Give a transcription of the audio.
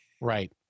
right